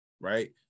Right